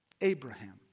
Abraham